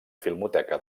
filmoteca